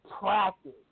Practice